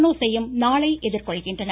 பனோஸையும் நாளை எதிர்கொள்கின்றனர்